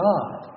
God